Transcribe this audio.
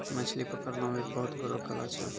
मछली पकड़ना भी बहुत बड़ो कला छै